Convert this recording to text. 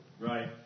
Right